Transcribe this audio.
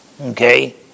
okay